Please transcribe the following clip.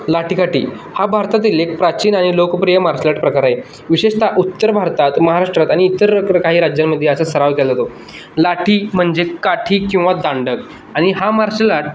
लाठीकाठी हा भारतातील एक प्राचीन आणि लोकप्रिय मार्शल आर्ट प्रकार आहे विशेषत उत्तर भारतात महाराष्ट्रात आणि इतर प्र काही राज्यांमध्ये याचा सराव केला जातो लाठी म्हणजे काठी किंवा दांडक आणि हा मार्शल आर्ट